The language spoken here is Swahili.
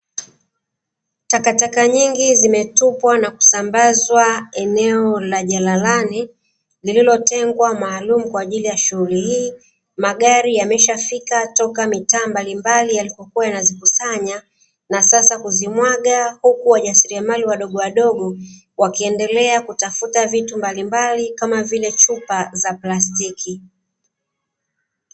Takataka nyingi zimetupwa na kusambazwa eneo la jalalani, lililotengwa maalumu kwa ajili ya shughuli hii, magari yameshafika kutoka mitaa mbalimbali na sasa kuzimwaga, huku wajasiriamali wadogo wakiendelea kutafuta vitu mbalimbali kama chupa za plastiki.